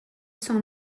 son